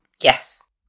Yes